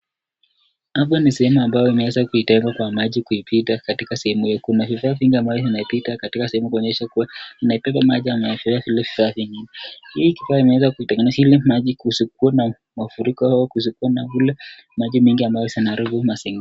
Hapa ni sehemu ambayo imeweza kuitoka kwa maji kuipita katika sehemu hii. Kuna ile ambayo imepita katika sehemu kuonyesha kuwa imebeba maji... Hii kifaa inaweza kusuma mafuriko kusukuma kule maji mingi inaweza kuingia kuharibu mazingira.